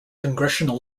congressional